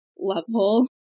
level